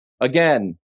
again